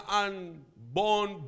unborn